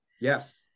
yes